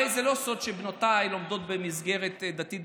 הרי זה לא סוד שבנותיי לומדות במסגרת דתית,